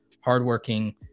hardworking